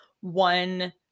one